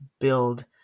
build